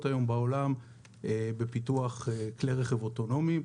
היום בעולם בפיתוח כלי רכב אוטונומיים.